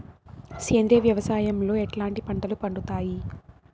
సేంద్రియ వ్యవసాయం లో ఎట్లాంటి పంటలు పండుతాయి